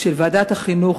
של ועדת החינוך,